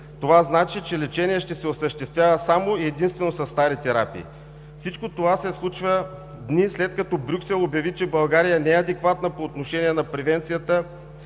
това значи, че лечение ще се осъществява само и единствено със стари терапии. Всичко това се случва дни след като Брюксел обяви, че България не е адекватна по отношение на превенцията